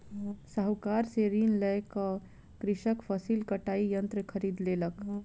साहूकार से ऋण लय क कृषक फसिल कटाई यंत्र खरीद लेलक